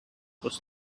was